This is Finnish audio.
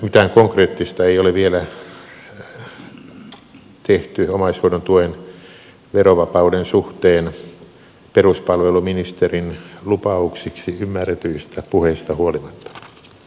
mitään konkreettista ei ole vielä tehty omaishoidon tuen verovapauden suhteen peruspalveluministerin lupauksiksi ymmärretyistä puheista huolimatta